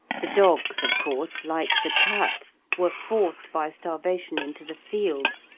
the dogs, of course, like the cats, were forced by starvation into the fields,